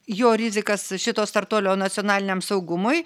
jo rizikas šito startuolio nacionaliniam saugumui